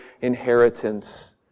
inheritance